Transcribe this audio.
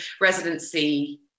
residency